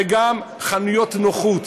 וגם חנויות נוחות.